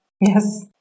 Yes